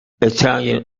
italian